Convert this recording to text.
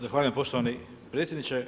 Zahvaljujem poštovani predsjedniče.